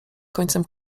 końcem